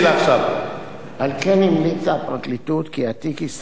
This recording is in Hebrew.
על כן המליצה הפרקליטות כי התיק ייסגר מחוסר ראיות.